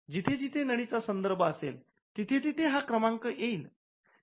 जिथे जिथे नळी चा संदर्भ असेल तिथे तिथे हा क्रमांक येईल